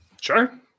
Sure